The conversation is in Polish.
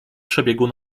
przebiegu